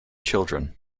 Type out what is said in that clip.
children